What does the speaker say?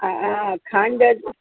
આ ખાંડ